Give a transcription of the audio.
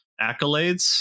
accolades